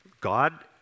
God